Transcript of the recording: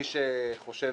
מי שחושב